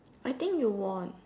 I think you won